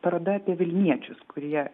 paroda apie vilniečius kurie